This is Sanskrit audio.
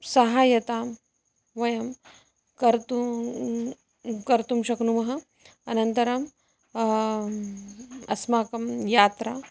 सहायतां वयं कर्तुं कर्तुं शक्नुमः अनन्तरं अस्माकं यात्रा